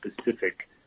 specific